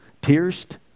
pierced